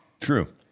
True